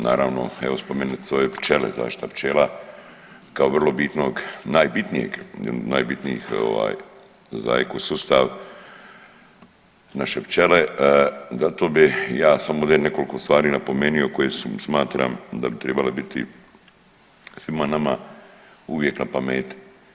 Naravno evo spomenute su pčele, zaštita pčela kao vrlo bitnog, najbitnijeg, najbitnijih za eko sustav naše pčele zato bih ja, samo nekoliko stvari napomenuo koje smatram da bi tribale biti svima nama uvijek na pameti.